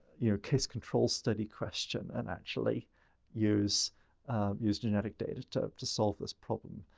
you know, case control study question and actually use use genetic data to to solve this problem.